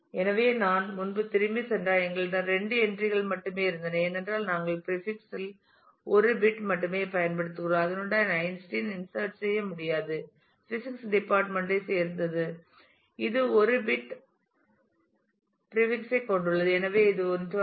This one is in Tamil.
எனவே நான் முன்பு திரும்பிச் சென்றால் எங்களிடம் இரண்டு என்ட்ரி கள் மட்டுமே இருந்தன ஏனென்றால் நாங்கள் பிரீபிக்ஸ் இல் 1 பிட் மட்டுமே பயன்படுத்துகிறோம் அதனுடன் ஐன்ஸ்டீனை இன்சட் செய்ய முடியாது பிசிக்ஸ் டிபார்ட்மெண்ட் ஐ சேர்ந்தது இது 1 பிட் பிரீபிக்ஸ் ஐ கொண்டுள்ளது இது 1 ஆகும்